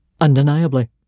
Undeniably